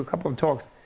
couple of talks.